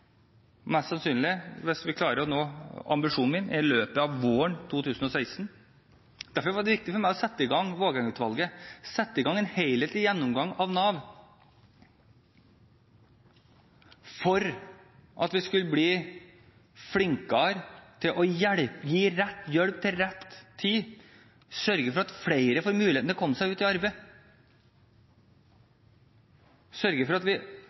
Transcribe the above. mest sannsynlig – hvis vi klarer å nå ambisjonen min – i løpet av våren 2016. Derfor var det viktig for meg å sette i gang Vågeng-utvalget, sette i gang en helhetlig gjennomgang av Nav – for at vi skulle bli flinkere til å gi rett hjelp til rett tid, sørge for at flere får muligheten til å komme seg ut i arbeid, sørge for at vi